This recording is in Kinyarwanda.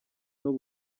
n’u